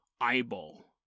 eyeball